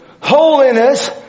Holiness